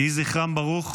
יהי זכרם ברוך.